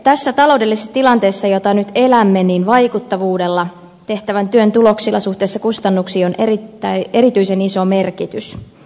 tässä taloudellisessa tilanteessa jota nyt elämme vaikuttavuudella tehtävän työn tuloksilla suhteessa kustannuksiin on erityisen iso merkitys